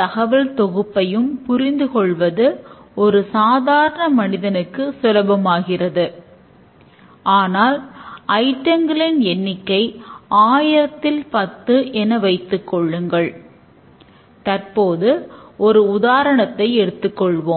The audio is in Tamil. கட்டுப்படுத்தப்பட்டுள்ளதே காரணம்